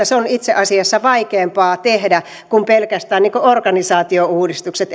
se on itse asiassa vaikeampaa tehdä kuin pelkät organisaatiouudistukset